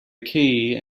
key